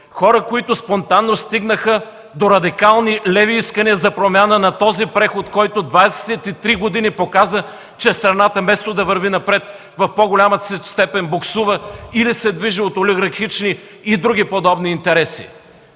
хора, които спонтанно стигнаха до радикални леви искания за промяна на този преход, който 23 години показва, че страната вместо да върви напред, в по-голямата си степен боксува или се движи от олигархични и други подобни интереси!